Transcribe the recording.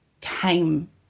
came